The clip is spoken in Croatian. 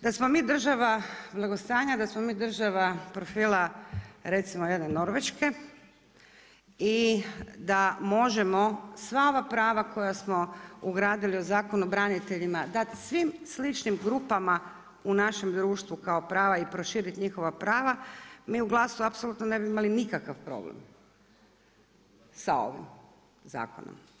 Da smo mi država blagostanja, da smo mi država profila, recimo jedne Norveške i da možemo sva ova prava koja smo ugradili u Zakon o braniteljima dati svim sličnim grupama u našem društvu kao prava i proširiti njihova prava, mi u GLAS-u ne bi imali nikakav problem sa ovim zakonom.